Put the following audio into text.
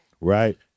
Right